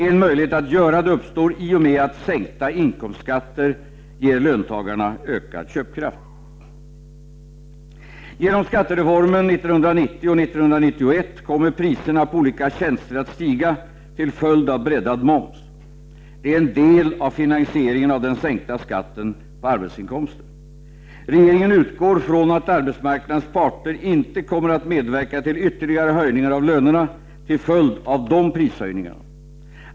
En möjlighet att göra det uppstår i och med att sänkta inkomstskatter ger löntagarna ökad köpkraft. Genom skattereformen 1990 och 1991 kommer priserna på olika tjänster att stiga till följd av breddad moms. Det är en del av finansieringen av den sänkta skatten på arbetsinkomster. Regeringen utgår från att arbetsmarknadens parter inte kommer att medverka till ytterligare höjningar av lönerna till följd av de prishöjningarna.